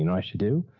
you know i should do,